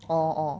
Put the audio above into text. orh orh